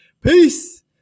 Peace